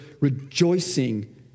rejoicing